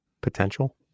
potential